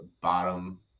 bottom